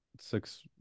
six